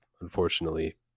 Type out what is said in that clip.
unfortunately